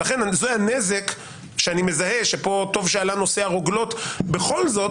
זה הנזק שאני מזהה שפה טוב שעלה נושא הרוגלות בכל זאת